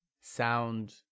sound